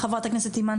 חברת הכנסת אימאן